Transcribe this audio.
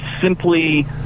simply